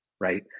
right